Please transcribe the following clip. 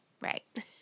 Right